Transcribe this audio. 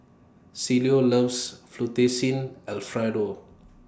Cielo loves Fettuccine Alfredo